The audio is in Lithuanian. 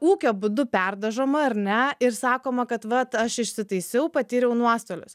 ūkio būdu perdažoma ar ne ir sakoma kad vat aš išsitaisiau patyriau nuostolius